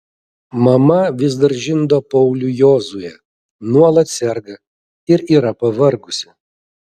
mama vis dar žindo paulių jozuę nuolat serga ir yra pavargusi